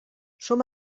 som